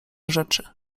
rzeczy